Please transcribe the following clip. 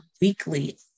weekly